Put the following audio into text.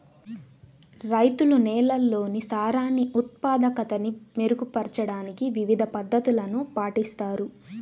రైతులు నేలల్లోని సారాన్ని ఉత్పాదకతని మెరుగుపరచడానికి వివిధ పద్ధతులను పాటిస్తారు